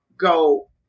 go